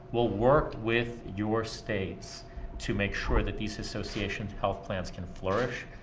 we'll work with your states to make sure that these association health plans can flourish.